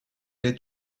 est